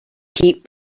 keep